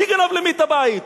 מי גנב למי את הבית?